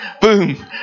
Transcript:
boom